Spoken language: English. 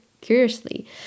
curiously